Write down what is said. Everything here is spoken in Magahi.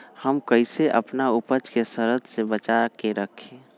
हम कईसे अपना उपज के सरद से बचा के रखी?